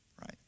right